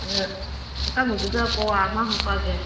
ꯑꯗꯨꯅ ꯑꯀꯪꯕꯗꯨꯗ ꯄꯋꯥ ꯑꯃ ꯍꯥꯞꯄꯛꯑꯒꯦ